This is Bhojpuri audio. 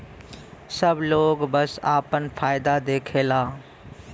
सब लोग बस आपन फायदा देखला